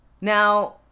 now